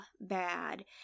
bad